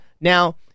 Now